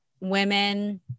women